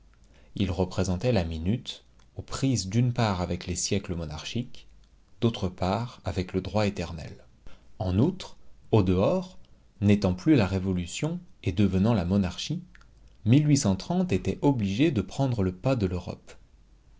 il représentait la minute aux prises d'une part avec les siècles monarchiques d'autre part avec le droit éternel en outre au dehors n'étant plus la révolution et devenant la monarchie était obligé de prendre le pas de l'europe